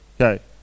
Okay